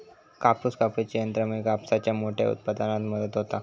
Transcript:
कापूस कापूच्या यंत्रामुळे कापसाच्या मोठ्या उत्पादनात मदत होता